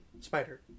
Spider